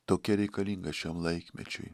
tokia reikalinga šiam laikmečiui